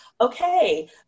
okay